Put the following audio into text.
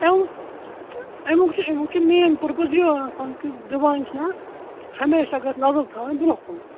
امیُک امیُک امیُک چھُ مین پٔرپَز یہِ آسان کہِ دَپان چھِ نا ہمیشہِ اگر نَظر تھاوٕنۍ برٛونٛہہ کُن